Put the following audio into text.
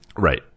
Right